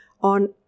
on